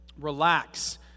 relax